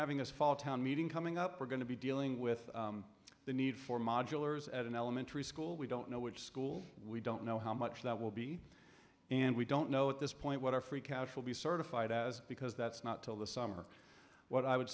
having this fall town meeting coming up we're going to be dealing with the need for modulars at an elementary school we don't know which school we don't know how much that will be and we don't know at this point what our free cash will be certified as because that's not till the summer what i would